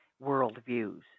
worldviews